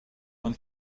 when